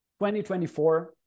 2024